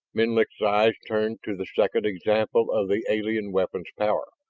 menlik's eyes turned to the second example of the alien weapon's power.